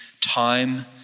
Time